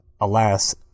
alas